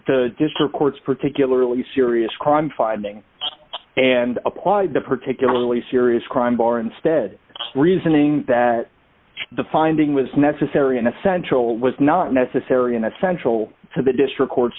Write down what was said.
district court's particularly serious crime finding and applied the particularly serious crime bar instead reasoning that the finding was necessary and essential was not necessary and essential to the district court